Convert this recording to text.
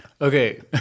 Okay